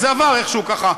אבל זה עבר איכשהו ככה,